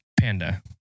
Panda